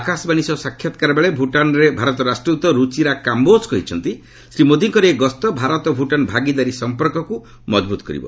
ଆକାଶବାଣୀ ସହ ସାକ୍ଷାତକାର ବେଳେ ଭୁଟାନରେ ଭାରତର ରାଷ୍ଟ୍ରଦ୍ଦତ ରୁଚିରା କାମ୍ଘୋଜ୍ କହିଛନ୍ତି ଶ୍ରୀ ମୋଦୀଙ୍କର ଏହି ଗସ୍ତ ଭାରତ ଭୁଟାନ୍ ଭାଗିଦାରୀ ସମ୍ପର୍କକୁ ମଜବୁତ କରିବ